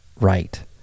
right